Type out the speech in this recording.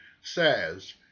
says